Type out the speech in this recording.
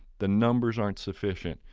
the numbers aren't sufficient.